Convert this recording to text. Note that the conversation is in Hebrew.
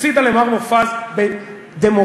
הפסידה למר מופז בדמוקרטיה,